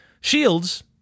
shields